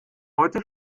heute